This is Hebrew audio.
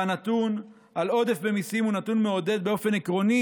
והנתון על עודף במיסים הוא נתון מעודד באופן עקרוני.